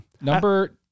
Number